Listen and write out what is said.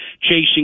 chasing